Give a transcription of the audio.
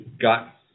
got